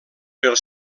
pel